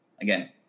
Again